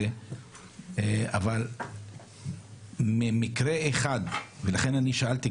אבל ממקרה אחד ולכן אני שאלתי,